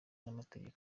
n’amategeko